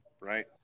right